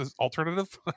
alternative